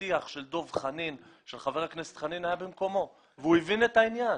שהפתיח של חבר הכנסת חנין היה במקומו והוא הבין את העניין.